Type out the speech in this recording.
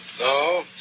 No